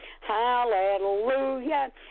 Hallelujah